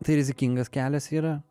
tai rizikingas kelias yra